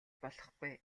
болохгүй